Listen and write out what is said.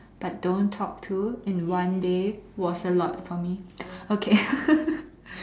but don't talk to in one day was a lot for me okay